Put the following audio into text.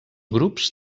grups